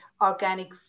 organic